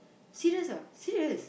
serious lah serious